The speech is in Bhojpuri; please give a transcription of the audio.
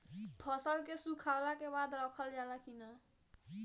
फसल के सुखावला के बाद रखल जाला कि न?